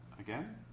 Again